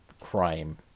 crime